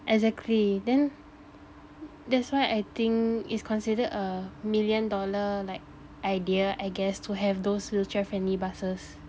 exactly then that's why I think it's considered a million dollar like idea I guess to have those wheelchair friendly buses